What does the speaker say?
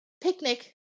Picnic